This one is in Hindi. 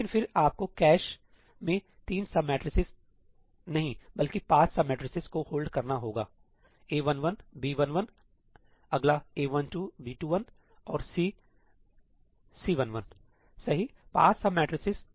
लेकिन फिर आपको कैश में 3 सब मैट्रिसेज नहीं बल्कि 5 सब मैट्रिसेस को होल्ड करना होगा A11 B11 अगला A12 B21 और C सही 5 सब मैट्रिसेस